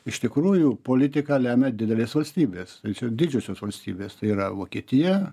iš tikrųjų politiką lemia didelės valstybės didžiosios valstybės tai yra vokietija